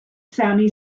sami